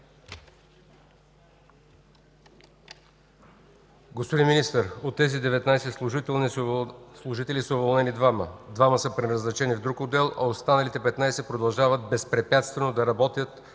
Министър, от тези 19 служители са уволнени двама, двама са преназначени в друг отдел, а останалите 15 продължават безпрепятствено да работят